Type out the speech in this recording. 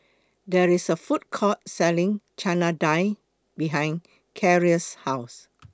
There IS A Food Court Selling Chana Dal behind Carrie's House